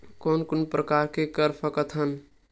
कोन कोन प्रकार के कर सकथ हन?